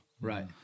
Right